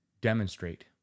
demonstrate